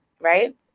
right